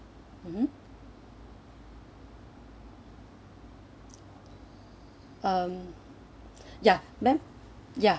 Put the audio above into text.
mmhmm um ya madam ya